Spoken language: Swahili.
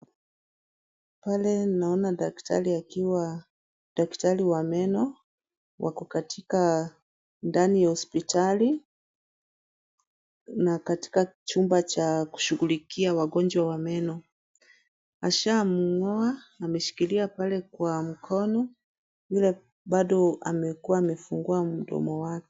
Pale naona daktari akiwa daktari wa meno. Wako katika ndani ya hospitali na katika chumba cha kushughulikia wagonjwa wa meno. Ashamng'oa, ameshikilia pale kwa mkono vile bado amekuwa amefungua mdomo wake.